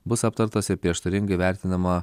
bus aptartas ir prieštaringai vertinama